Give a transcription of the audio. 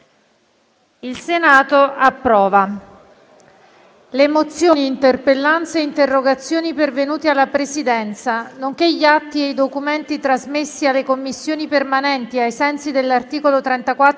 finestra"). Le mozioni, le interpellanze e le interrogazioni pervenute alla Presidenza, nonché gli atti e i documenti trasmessi alle Commissioni permanenti ai sensi dell'articolo 34,